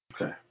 Okay